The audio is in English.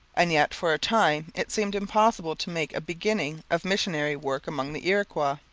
and yet for a time it seemed impossible to make a beginning of missionary work among the iroquois.